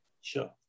Sure